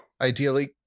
ideally